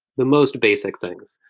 the most basic things.